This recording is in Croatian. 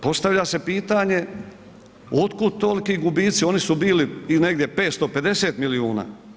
Postavlja se pitanje, od kuda toliki gubici, oni su bili negdje 550 milijuna?